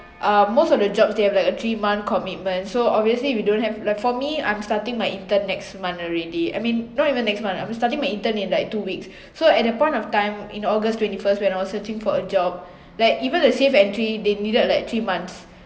um most of the jobs they have like a three month commitment so obviously we don't have like for me I'm starting my intern next month already I mean not even next month I'm starting my intern in like two weeks so at the point of time in august twenty first when I was searching for a job like even the safe entry they needed like three months